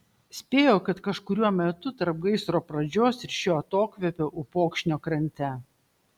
spėjo kad kažkuriuo metu tarp gaisro pradžios ir šio atokvėpio upokšnio krante